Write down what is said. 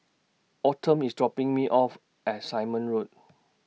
Autumn IS dropping Me off At Simon Road